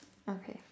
okay